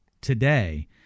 today